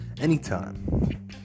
anytime